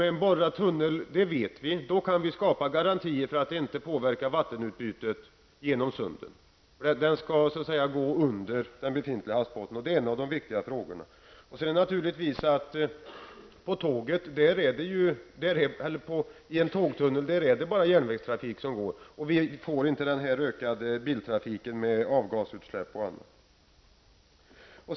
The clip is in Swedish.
Vi vet att vi med en borrad tunnel kan skapa garantier för att vattenutbytet genom sundet inte påverkas; tunneln skall gå under havsbotten. Detta är ett av de viktiga argumenten. Och i en tågtunnel går bara järnvägstrafik. Vi får inte ökad biltrafik med avgasutsläpp osv.